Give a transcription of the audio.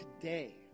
today